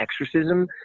exorcism